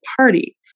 party